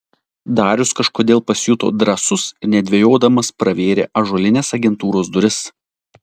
darius kažkodėl pasijuto drąsus ir nedvejodamas pravėrė ąžuolines agentūros duris